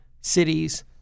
cities